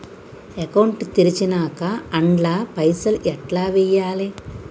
Account తెరిచినాక అండ్ల పైసల్ ఎట్ల వేయాలే?